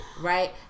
right